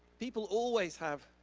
people always have